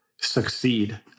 succeed